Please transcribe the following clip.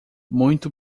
muito